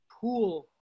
pool